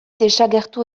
desagertu